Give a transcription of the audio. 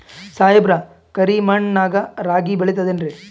ಸಾಹೇಬ್ರ, ಕರಿ ಮಣ್ ನಾಗ ರಾಗಿ ಬೆಳಿತದೇನ್ರಿ?